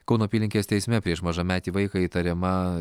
kauno apylinkės teisme prieš mažametį vaiką įtariama